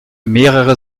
mehrere